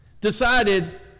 decided